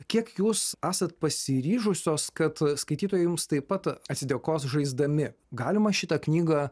kiek jūs esat pasiryžusios kad skaitytojai jums taip pat atsidėkos žaisdami galima šitą knygą